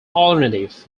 alternative